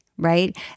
Right